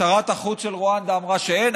שרת החוץ של רואנדה אמרה שאין.